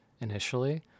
initially